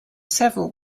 several